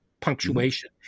punctuation